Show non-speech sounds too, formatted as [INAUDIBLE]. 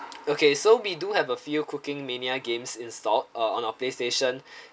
okay [NOISE] so we do have a few cooking mania games installed uh on our playstation [BREATH]